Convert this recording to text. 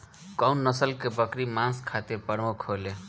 कउन नस्ल के बकरी मांस खातिर प्रमुख होले?